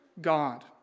God